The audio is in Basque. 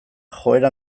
joera